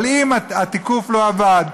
אבל אם התיקוף לא עבד,